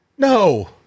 No